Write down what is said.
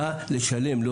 לשלם.